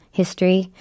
history